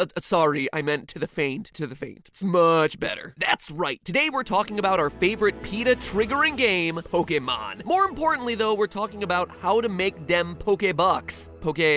ah, sorry, i meant to the faint, to the faint. it's muuuuuuuch better. that's right. today, we're talking about our favorite peta-triggering game pokemon more importantly though, we're talking about how to make dem poke-bucks. poke-dollars?